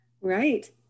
Right